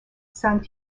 saint